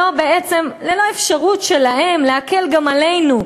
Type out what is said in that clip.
בעצם ללא אפשרות שלהם להקל גם עלינו.